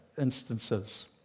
instances